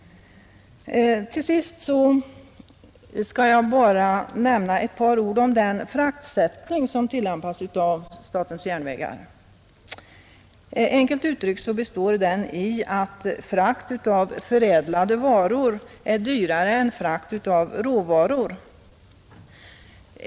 Till sist skall jag bara nämna ett par ord om den fraktsättning som tillämpas av statens järnvägar. Enkelt uttryckt består den i att frakt av förädlade varor är dyrare än frakt av råvaror.